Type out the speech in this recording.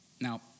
Now